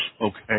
okay